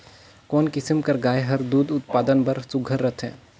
कोन किसम कर गाय हर दूध उत्पादन बर सुघ्घर रथे?